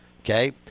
Okay